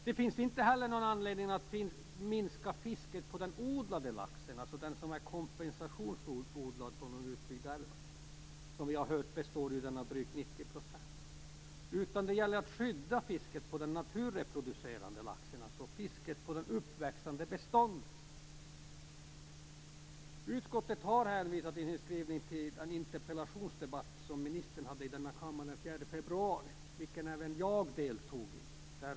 Det finns inte heller någon anledning att minska fisket på den odlade laxen, dvs. den som är kompensationsodlad i de utbyggda älvarna. Som vi har hört utgör ju det drygt 90 %. Det gäller i stället att skydda fisket på den naturreproducerande laxen, dvs. fisket på det uppväxande beståndet. Utskottet har i sin skrivning hänvisat till den interpellationsdebatt som jordbruksministern hade i denna kammare den 4 februari, vilken även jag deltog i.